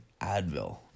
Advil